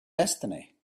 destiny